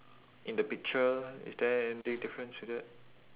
in the picture is there any difference in that